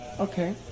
Okay